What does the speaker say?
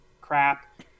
crap